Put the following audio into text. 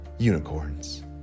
unicorns